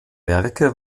werke